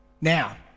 Now